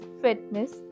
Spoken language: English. fitness